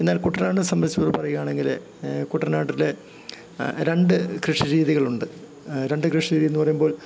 എന്നാൽ കുട്ടനാടിനെ സംബന്ധിച്ച് പറയാണെങ്കില് കുട്ടനാട്ടിലെ രണ്ട് കൃഷി രീതികളുണ്ട് രണ്ട് കൃഷി രീത എന്നു പറയുമ്പോൾ